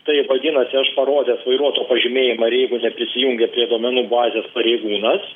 tai vadinasi aš parodęs vairuotojo pažymėjimą ir jeigu neprisijungia prie duomenų bazės pareigūnas